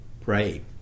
Pray